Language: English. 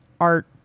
art